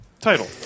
title